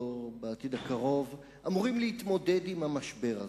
בעתיד הקרוב אמורים להתמודד עם המשבר הזה.